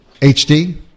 HD